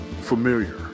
familiar